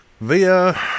via